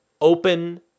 open